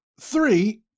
Three